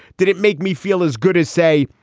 did it make me feel as good as, say,